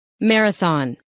Marathon